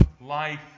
life